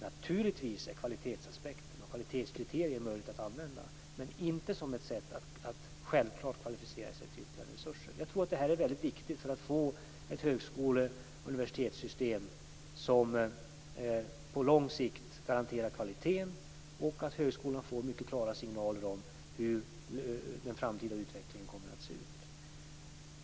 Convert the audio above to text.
Naturligtvis är kvalitetsaspekter och kvalitetskriterier möjliga att använda, men inte som ett sätt att självklart kvalificera sig till ytterligare resurser. Jag tror att det här är viktigt för att få ett högskole och universitetssystem som på lång sikt garanterar kvaliteten och att det är viktigt att högskolan får mycket klara signaler om hur den framtida utvecklingen kommer att se ut.